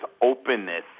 openness